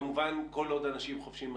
כמובן כל עוד האנשים חובשים מסכות.